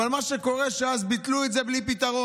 אבל מה שקורה, שאז ביטלו את זה בלי פתרון.